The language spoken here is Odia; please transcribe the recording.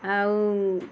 ଆଉ